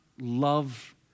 love